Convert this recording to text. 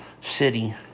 city